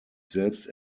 selbst